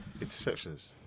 Interceptions